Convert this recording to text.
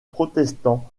protestant